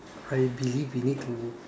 I believe we need to